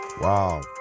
wow